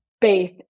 faith